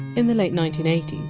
in the late nineteen eighty s,